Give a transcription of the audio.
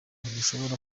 ntushobora